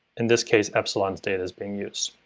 in this case, epsilon's data is being used.